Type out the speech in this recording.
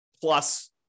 plus